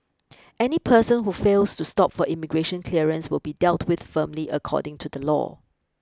any person who fails to stop for immigration clearance will be dealt with firmly according to the law